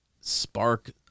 spark